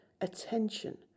attention